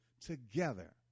together